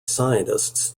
scientists